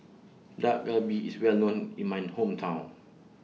Dak Galbi IS Well known in My Hometown